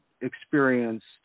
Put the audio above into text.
experienced